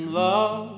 love